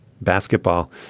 basketball